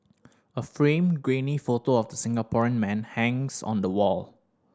a framed grainy photo of the Singaporean man hangs on the wall